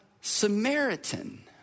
Samaritan